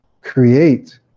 create